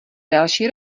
další